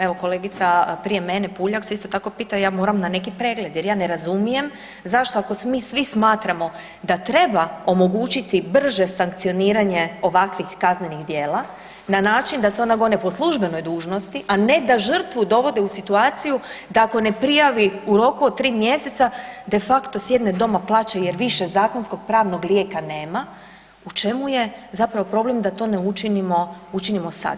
Evo kolegica mene, Puljak se isto tako pita, ja moram na neki pregled jer ja ne razumijem zašto ako mi svi smatramo da treba omogućiti brže sankcioniranje ovakvih kaznenih djela na način da se ona gone po službenoj dužnosti a ne da žrtve dovode u situaciju da ako ne prijavi u roku od 3 mj., de facto sjedne doma, plaće jer više zakonskog pravnog lijeka nema, u čemu je zapravo problem da to ne učinimo sad?